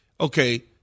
okay